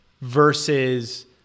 versus